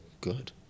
Good